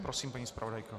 Prosím, paní zpravodajko.